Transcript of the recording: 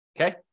Okay